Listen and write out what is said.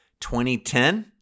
2010